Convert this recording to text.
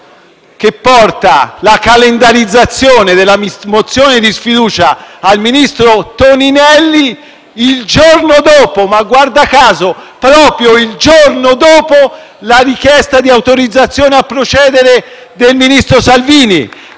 che porta la calendarizzazione della mozione di sfiducia al ministro Toninelli il giorno dopo - guarda caso, proprio il giorno dopo! - l'esame della richiesta di autorizzazione a procedere per il ministro Salvini.